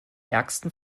ärgsten